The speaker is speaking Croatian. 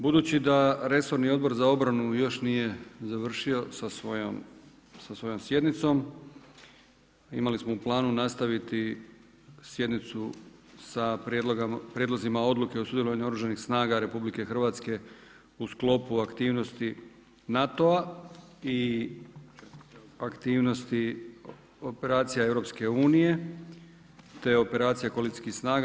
Budući da resorni Odbor za obranu još nije završio sa svojom sjednicom imali smo u planu nastaviti sjednicu sa Prijedlozima odluke o sudjelovanju Oružanih snaga RH u sklopu aktivnosti NATO-a i aktivnosti operacija EU, te operacija koalicijskih snaga.